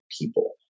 people